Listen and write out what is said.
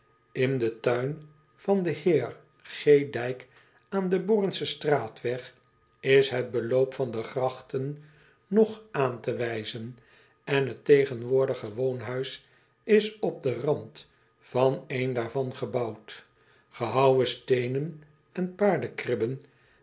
n den tuin van den eer ijk aan den ornschen straatweg is het beloop van de grachten nog aan te wijzen en het tegenwoordig woonhuis is op den rand van een daarvan gebouwd gehouwen steenen en